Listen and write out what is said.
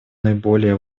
наиболее